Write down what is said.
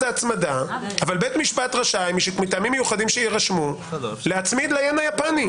הצמדה אבל בית משפט רשאי מטעמים מיוחדים שיירשמו להצמיד ל-ין היפני.